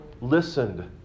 listened